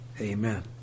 Amen